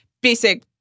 basic